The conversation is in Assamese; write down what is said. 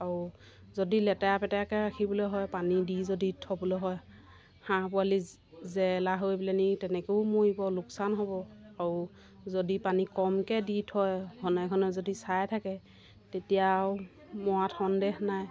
আৰু যদি লেতেৰা পেতেৰাকৈ ৰাখিবলৈ হয় পানী দি যদি থ'বলৈ হয় হাঁহ পোৱালি জেৰেলা হৈ পিনি তেনেকৈও মৰিব লোকচান হ'ব আৰু যদি পানী কমকৈ দি থয় ঘনে ঘনে যদি চাই থাকে তেতিয়া আৰু মৰাত সন্দেহ নাই